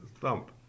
thump